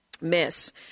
miss